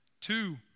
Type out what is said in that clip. Two